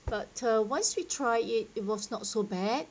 but uh once we try it it was not so bad